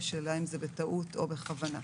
השאלה אם זה בטעות או בכוונה.